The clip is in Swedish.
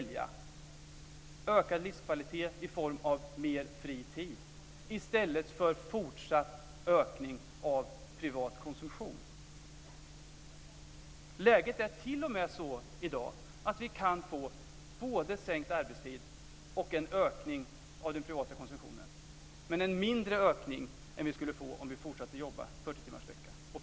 Läget är t.o.m. så i dag att vi kan få både sänkt arbetstid och en ökning av den privata konsumtionen - men en mindre ökning än vi skulle få om vi fortsatte att jobba 40-timmarsvecka.